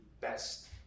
best